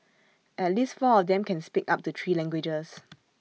at least four of them can speak up to three languages